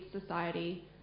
society